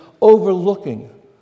overlooking